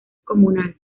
comunal